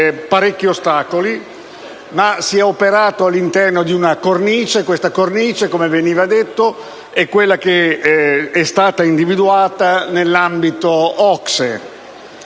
parecchi ostacoli, ma si è operato all'interno di una cornice che, come è stato detto, è quella che è stata individuata nell'ambito OCSE.